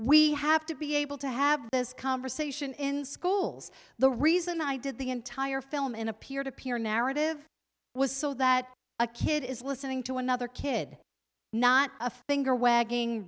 we have to be able to have this conversation in schools the reason i did the entire film in a peer to peer narrative was so that a kid is listening to another kid not a finger wagging